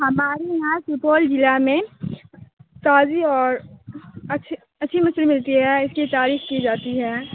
ہمارے یہاں سپول ضلع میں تازی اور اچھی اچھی مچھلی ملتی ہے اس کی تعریف کی جاتی ہے